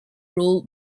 rule